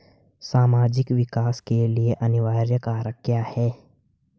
सामाजिक विकास के लिए अनिवार्य कारक क्या है?